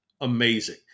amazing